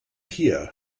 hier